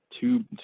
two